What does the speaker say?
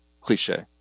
Cliche